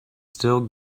still